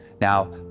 Now